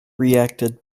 reacted